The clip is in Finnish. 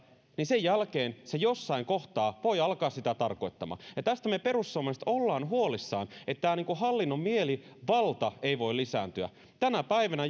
niin sen jälkeen se jossain kohtaa voi alkaa sitä tarkoittamaan tästä me perussuomalaiset olemme huolissamme että tämä hallinnon mielivalta ei voi lisääntyä tänä päivänä